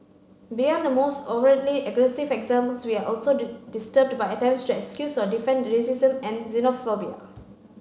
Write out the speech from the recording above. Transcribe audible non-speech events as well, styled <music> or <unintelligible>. beyond the most overtly aggressive examples we are also <unintelligible> disturbed by attempts to excuse or defend racism and xenophobia